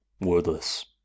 wordless